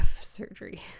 surgery